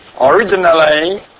Originally